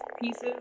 pieces